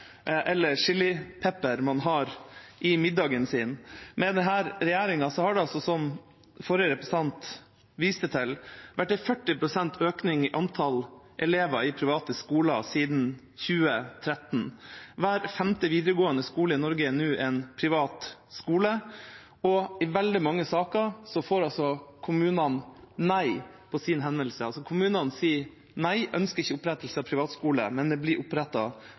eller chilipepper man har i middagen sin. Under denne regjeringa har det, som forrige representant viste til, vært 40 pst. økning i antall elever i privatskoler, altså siden 2013. Hver femte videregående skole i Norge er nå en privatskole, og i veldig mange saker får kommunene nei på sin henvendelse – kommunene sier nei, de ønsker ikke opprettelse av privatskoler, men det blir